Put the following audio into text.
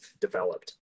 developed